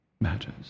matters